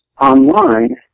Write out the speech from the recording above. online